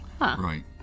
right